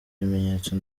bimenyetso